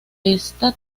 ésta